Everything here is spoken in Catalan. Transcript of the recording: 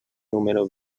número